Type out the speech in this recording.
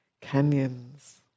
canyons